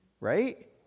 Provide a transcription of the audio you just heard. right